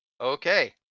Okay